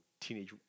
teenage